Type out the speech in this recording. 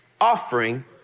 offering